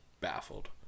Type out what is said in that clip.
baffled